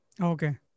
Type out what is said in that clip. okay